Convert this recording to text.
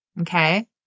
Okay